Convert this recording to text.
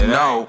no